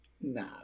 Nah